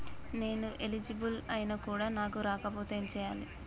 నేను ఎలిజిబుల్ ఐనా కూడా నాకు రాకపోతే ఏం చేయాలి?